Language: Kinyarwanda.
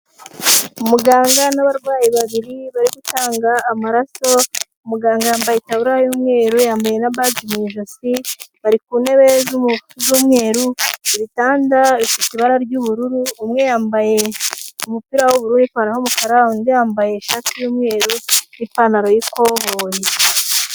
Muganga n'abarwayi babiri bari gutanga amaraso, muganga yambaye itaburiya y'umweru, yambaye na baji mu ijosi, bari ku ntebe z'umweru ibitanda bifite ibara ry'ubururu, umwe yambaye umupira w'ubururu n'ipantaro y'umukara, undi yambaye ishati y'umweru n'ipantaro y'ikoboyi.